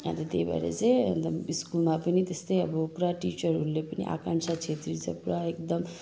अनि त त्यही भएर चाहिँ एकदम स्कुलमा पनि त्यस्तै अब पुरा टिचरहरूले पनि आकाङ्क्षा छेत्री त पुरा एकदम